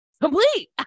complete